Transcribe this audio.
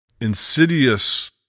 insidious